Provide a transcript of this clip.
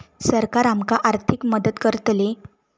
सरकार आमका आर्थिक मदत करतली?